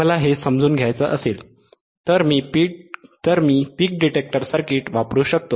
मला हे समजून घ्यायचे असेल तर मी पीक डिटेक्टर सर्किट वापरू शकतो